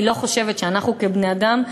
אני לא חושבת שאנחנו כבני-אדם,